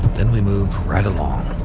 then we move right along.